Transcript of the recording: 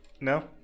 No